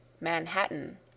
Manhattan